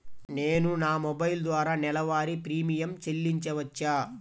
నేను నా మొబైల్ ద్వారా నెలవారీ ప్రీమియం చెల్లించవచ్చా?